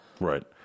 Right